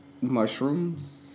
mushrooms